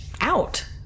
out